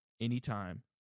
anytime